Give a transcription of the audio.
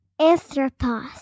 Anthropos